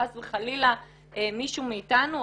חס וחלילה מישהו מאיתנו,